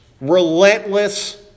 relentless